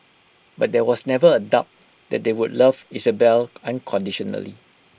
but there was never A doubt that they would love Isabelle unconditionally